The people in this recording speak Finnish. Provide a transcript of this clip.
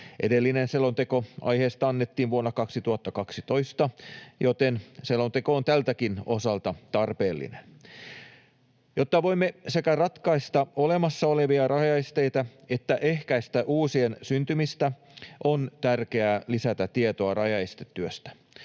Edellinen selonteko aiheesta annettiin vuonna 2012, joten selonteko on tältäkin osalta tarpeellinen. Jotta voimme sekä ratkaista olemassa olevia rajaesteitä että ehkäistä uusien syntymistä, on tärkeää lisätä tietoa rajaestetyöstä.